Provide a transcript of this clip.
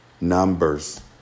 numbers